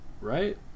right